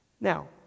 Now